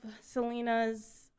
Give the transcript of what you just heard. Selena's